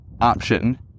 option